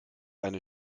eine